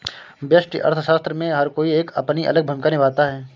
व्यष्टि अर्थशास्त्र में हर कोई एक अपनी अलग भूमिका निभाता है